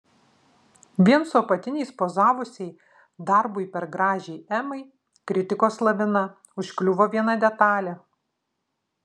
vien su apatiniais pozavusiai darbui per gražiai emai kritikos lavina užkliuvo viena detalė